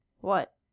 What